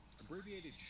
abbreviated